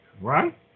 right